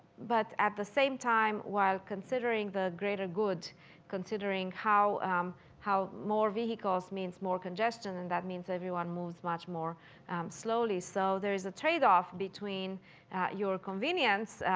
but at the same time while considering the greater good considering how how more vehicles means more congestion and that means everyone moves much more slowly. so, there's a trade off between your convenience,